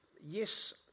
yes